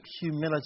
humility